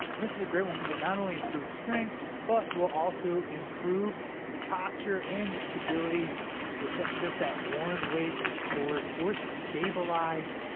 this is a great one because it not only improves strength but will also improve your posture and your stability with that just that one weight your course forced to stabilize